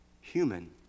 human